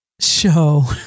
show